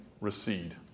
recede